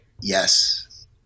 yes